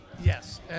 Yes